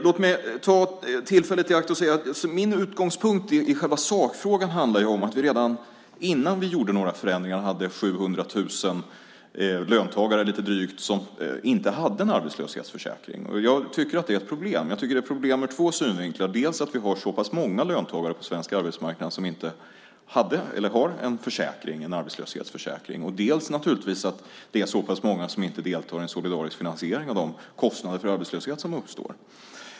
Låt mig ta tillfället i akt och säga att min utgångspunkt i själva sakfrågan är att det redan innan vi gjorde några förändringar var drygt 700 000 löntagare som inte hade en arbetslöshetsförsäkring. Jag tycker att det är ett problem, ur två synvinklar. Det är dels att det är så pass många löntagare på svensk arbetsmarknad som inte hade eller har en arbetslöshetsförsäkring, dels att det är så pass många som inte deltar i en solidarisk finansiering av de kostnader för arbetslöshet som uppstår.